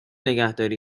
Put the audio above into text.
نگهداری